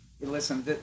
Listen